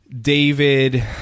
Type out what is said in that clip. david